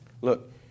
look